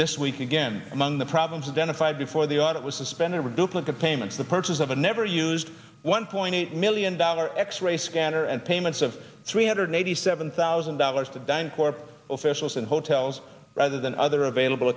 this week again among the problems and then a five before the audit was suspended over duplicate payments the purchase of a never used one point eight million dollar x ray scanner and payments of three hundred eighty seven thousand dollars to dine corp officials in hotels rather than other available